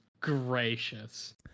gracious